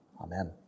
Amen